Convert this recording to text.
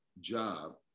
job